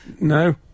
No